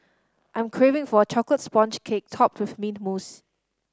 I am craving for a chocolate sponge cake topped with mint mousse